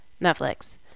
netflix